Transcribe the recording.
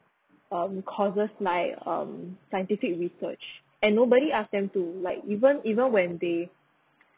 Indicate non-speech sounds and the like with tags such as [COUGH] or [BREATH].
um causes like um scientific research [BREATH] and nobody ask them to like even even when they [BREATH]